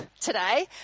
today